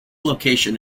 location